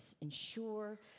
ensure